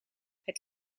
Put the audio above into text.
het